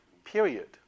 period